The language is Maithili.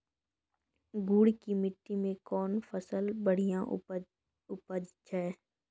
गुड़ की मिट्टी मैं कौन फसल बढ़िया उपज छ?